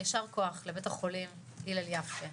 יישר כוח לבית החולים הלל יפה,